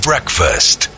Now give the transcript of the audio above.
Breakfast